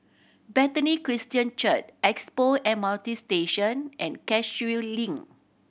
Bethany Christian Church Expo M R T Station and Cashew Link